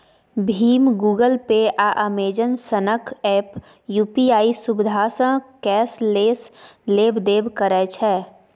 भीम, Google Pay, आ Amazon सनक app UPI सुविधासँ कैशलेस लेब देब करबै छै